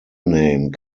name